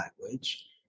language